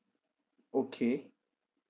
okay